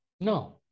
No